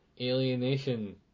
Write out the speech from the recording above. Alienation